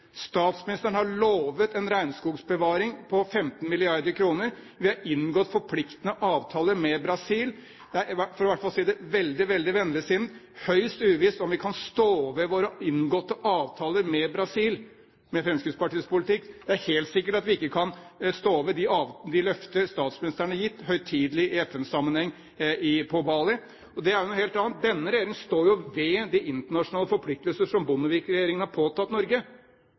Statsministeren har lovet en regnskogbevaring for 15 mrd. kr. Vi har inngått forpliktende avtaler med Brasil. For å si det veldig, veldig vennligsinnet er det høyst uvisst om vi kan stå ved våre inngåtte avtaler med Brasil med Fremskrittspartiets politikk. Det er helt sikkert at vi ikke kan stå ved de løfter statsministeren i FN-sammenheng høytidelig har gitt på Bali. Og det er jo noe helt annet. Denne regjeringen står ved de internasjonale forpliktelser som Bondevik-regjeringen har påtatt seg på vegne av Norge.